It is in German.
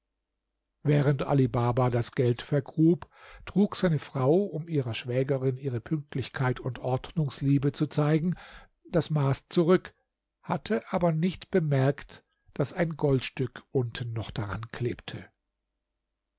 während ali baba das geld vergrub trug seine frau um ihrer schwägerin ihre pünktlichkeit und ordnungsliebe zu zeigen das maß zurück hatte aber nicht bemerkt daß ein goldstück unten noch daran klebte